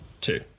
Two